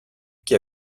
qui